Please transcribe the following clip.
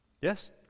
Yes